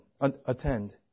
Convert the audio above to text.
attend